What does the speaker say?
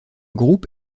groupe